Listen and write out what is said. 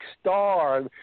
star